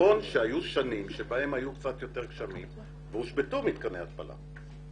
נכון היו שנים בהן היו קצת יותר גשמים והושבתו מתקני ההתפלה.